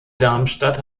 darmstadt